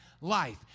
life